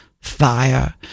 Fire